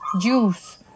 Juice